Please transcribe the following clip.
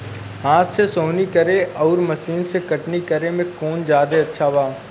हाथ से सोहनी करे आउर मशीन से कटनी करे मे कौन जादे अच्छा बा?